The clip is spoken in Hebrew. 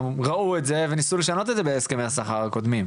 ראו את זה וניסו לשנות את זה בהסכמי השכר הקודמים.